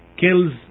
kills